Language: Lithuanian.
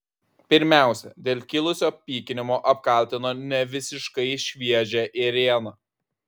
pirmiausia dėl kilusio pykinimo apkaltino nevisiškai šviežią ėrieną